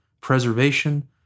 preservation